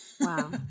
Wow